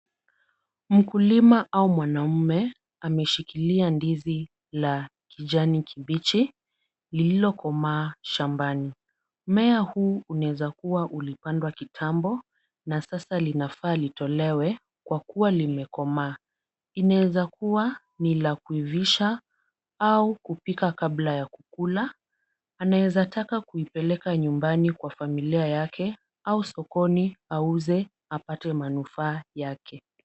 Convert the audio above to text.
Mkulima au mwanamume ameshikilia ndizi la kijani kibichi lililokomaa shambani. Mmea huu unaezakuwa ulipandwa kitambo na sasa linafaa litolewe kwa kuwa limekomaa. Inaeza kuwa ni la kuivisha au kupika kabla ya kukula. Anaeza taka kuipeleka nyumbani kwa familia yake au sokoni auze apate manufaa yake.